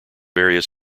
various